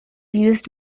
used